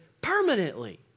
permanently